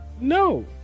No